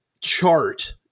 chart